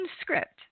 script